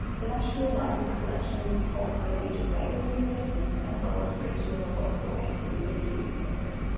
the national library's collection holds the major daily newspapers as well as reginal, local and community newspapers.